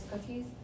cookies